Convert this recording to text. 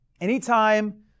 anytime